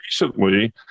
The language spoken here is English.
recently